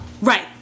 right